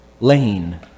lane